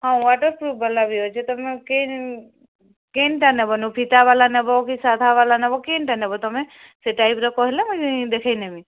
ହଁ ୱାଟର୍ପ୍ରୁଫ୍ ବାଲା ବି ଅଛେ ତୁମେ କେନ୍ କେନ୍ଟା ନେବନୁ ଫିତା ବାଲା ନେବ କି ସାଧା ବାଲା ନବ କେନ୍ଟା ନେବ ତୁମେ ସେ ଟାଇପ୍ର କହିଲେ ମୁଇଁ ଦେଖେଇ ନେମି